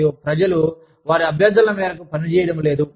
మరియు ప్రజలు వారి అభ్యర్థనల మేరకు పనిచేయడం లేదు